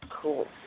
Cool